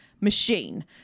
Machine